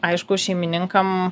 aišku šeimininkam